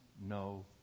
no